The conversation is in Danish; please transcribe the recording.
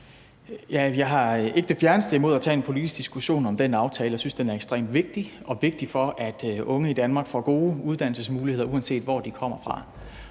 Jeg har ikke det fjerneste imod at tage en politisk diskussion om den aftale. Jeg synes, den er ekstremt vigtig. Den er vigtig for, at unge i Danmark får gode uddannelsesmuligheder, uanset hvor de kommer fra.